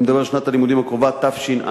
אני מדבר על שנת הלימודים הקרובה, תשע"ג.